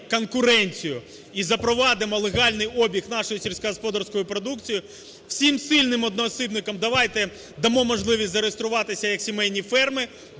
і запровадимо легальний обіг нашої сільськогосподарської продукції, всім сильним одноосібникам давайте дамо можливість зареєструвати як сімейні ферми,